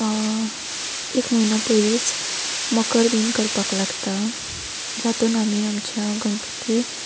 एक म्हयनो पयलींच मकर बीन करपाक लागता जातून आमी आमच्या गणपतीक